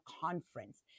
conference